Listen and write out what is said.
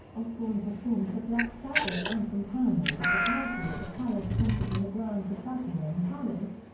osbourne performed the black sabbath anthem paranoid at the party at the palace concert in the grounds of buckingham palace,